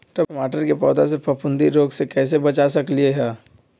टमाटर के पौधा के फफूंदी रोग से कैसे बचा सकलियै ह?